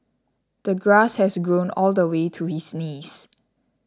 the grass has grown all the way to his knees